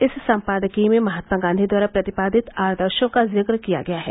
इस सम्पादकीय में महात्मा गांधी द्वारा प्रतिपादित आदर्शो का जिक्र किया गया है